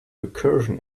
recursion